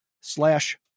slash